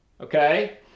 Okay